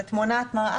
זו תמונת מראה.